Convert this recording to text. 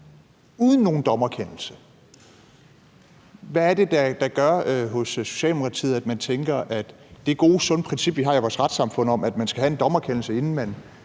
uden nogen dommerkendelse. Hvad er det, der får Socialdemokratiet til at tænke, at det gode sunde princip, vi har i vores retssamfund, om, at man skal have en dommerkendelse, inden man